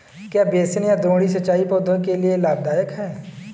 क्या बेसिन या द्रोणी सिंचाई पौधों के लिए लाभदायक है?